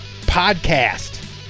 podcast